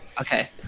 Okay